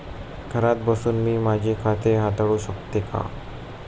घरात बसून मी माझे खाते हाताळू शकते का?